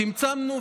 צמצמנו,